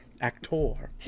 actor